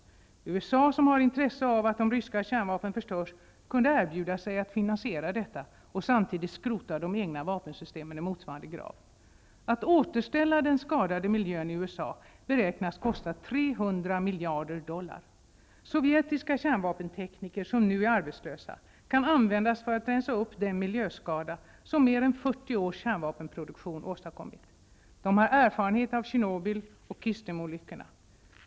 USA, som har intresse av att de ryska kärnvapnen förstörs, kunde erbjuda sig att finansiera detta och samtidigt skrota de egna vapensystemen i motsvarande grad. Att återställa den skadade miljön i USA beräknas kosta 300 Sovjetiska kärnvapentekniker som nu är arbetslösa kan användas för att rensa upp den miljöskada som mer än 40 års kärnvapenproduktion åstadkommit. De har erfarenhet av Tjernobyl och Kyshtemolyckorna.